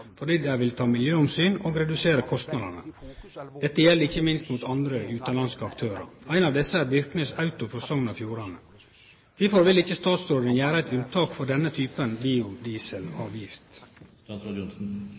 fordi dei vil ta miljøomsyn og redusere kostnadene. Dette gjeld ikkje minst mot andre utanlandske aktørar. Ein av desse er Byrknes Auto frå Sogn og Fjordane. Kvifor vil ikkje statsråden gjere eit unntak for denne typen